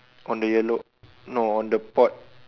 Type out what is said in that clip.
on the yellow no on the pot